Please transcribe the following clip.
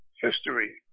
history